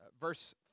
verse